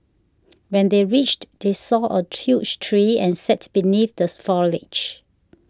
when they reached they saw a huge tree and sat beneath the foliage